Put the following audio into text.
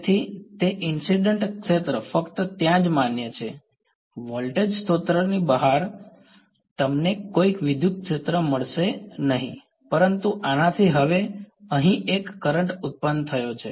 તેથી તે ઈન્સિડ્ન્ટ ક્ષેત્ર ફક્ત ત્યાં જ માન્ય છે વોલ્ટેજ સ્ત્રોતની બહાર તમને કોઈ વિદ્યુત ક્ષેત્ર મળશે નહીં પરંતુ આનાથી હવે અહીં એક કરંટ ઉત્પન્ન થયો છે